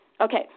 Okay